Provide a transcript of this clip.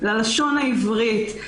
ללשון העברית.